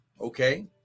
okay